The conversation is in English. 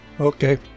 Okay